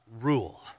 rule